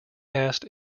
asked